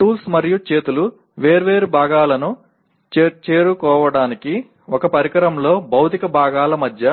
tools మరియు చేతులు వేర్వేరు భాగాలను చేరుకోవడానికి ఒక పరికరంలో భౌతిక భాగాల మధ్య